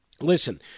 listen